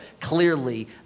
clearly